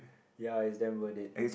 ya it's damn worth it